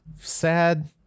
sad